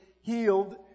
healed